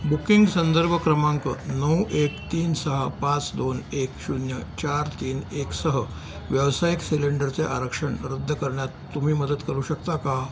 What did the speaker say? booking संदर्भ क्रमांक नऊ एक तीन सहा पाच दोन एक शून्य चार तीन एकसह व्यावसायिक सिलेंडरचे आरक्षण रद्द करण्यात तुम्ही मदत करू शकता का